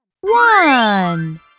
One